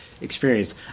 experience